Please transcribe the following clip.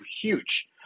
huge